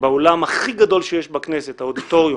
באולם הכי גדול שיש בכנסת, האודיטוריום.